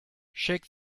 shake